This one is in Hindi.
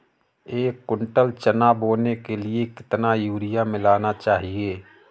एक कुंटल चना बोने के लिए कितना यूरिया मिलाना चाहिये?